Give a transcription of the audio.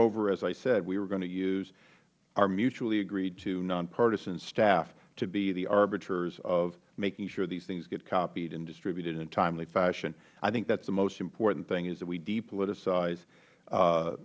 over as i said we are going to use our mutuallyagreedto nonpartisan staff to be the arbiters of making sure these things get copied and distributed in a timely fashion i think that is the most important thing is that we depoliticize